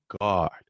God